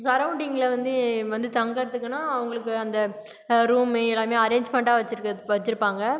சரோண்டிங்கில் வந்து வந்து தங்கறதுக்குனா அவங்களுக்கு அந்த ரூம் எல்லாமே அரேஞ்மென்ட்டாக வச்சுயிருக்கது வச்சுருப்பாங்க